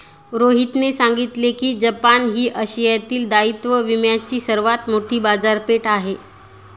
रोहितने सांगितले की जपान ही आशियातील दायित्व विम्याची सर्वात मोठी बाजारपेठ आहे